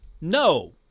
No